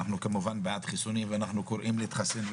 אנחנו כמובן בעד החיסונים ואנחנו קוראים להתחסן,